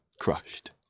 crushed